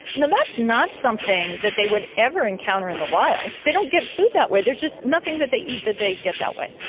and and that's not something that they would ever encounter in the wild. they don't get food that way, there's just nothing that they eat that they get that way.